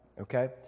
okay